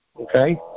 Okay